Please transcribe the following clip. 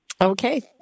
Okay